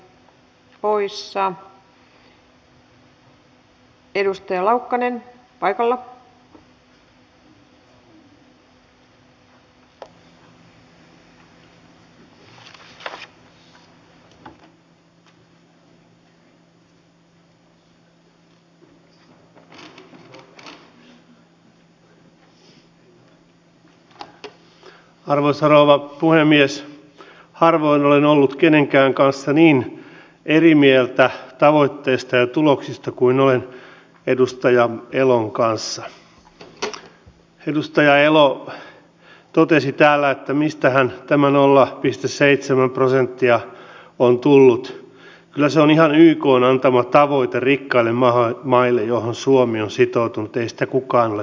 tämä on tietysti semmoinen asia mikä täytyy vakavasti katsoa läpi koska voi olla että joskus on ihan järjettömiä syitä joskus perusteltuja syitä sille että jos on yt neuvottelut niin siihen kyseiseen työhön ei voi ihmistä palkata vaan johonkin toiseen työhön ja joskus toinen työ ei mitenkään liity siihen kyseiseen työhön niin että kyllähän siinä järkeistämistä tarvitaan